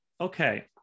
okay